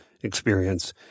experience